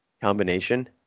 combination